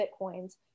Bitcoins